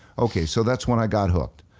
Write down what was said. okay so that's when i got hooked.